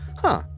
huh.